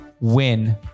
win